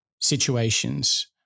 situations